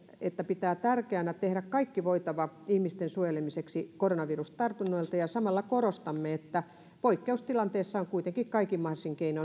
se pitää tärkeänä tehdä kaikki voitava ihmisten suojelemiseksi koronavirustartunnoilta ja samalla korostamme että poikkeustilanteessa on kuitenkin kaikin mahdollisin keinoin